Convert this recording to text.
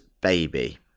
baby